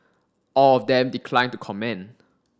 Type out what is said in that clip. all of them declined to comment